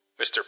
Mr